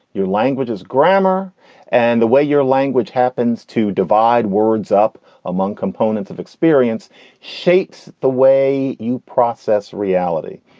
your language is grammar and the way your language happens to divide words up among components of experience shapes the way you process reality.